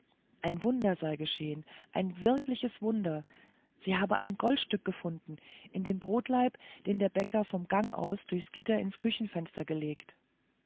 ein wunder sei geschehen ein wirkliches wunder sie habe ein goldstück gefunden in dem brotlaib den der bäcker vom gang aus durchs gitter ins küchenfenster gelegt